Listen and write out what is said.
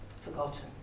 forgotten